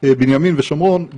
בנימין ושומרון,